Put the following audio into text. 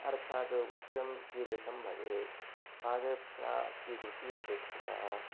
अर्थात् वस्त्रं कीदृशं भवेत् पादरक्षा कीदृशी अपेक्षिता